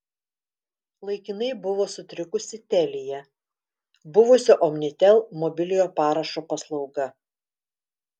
laikinai buvo sutrikusi telia buvusio omnitel mobiliojo parašo paslauga